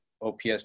OPS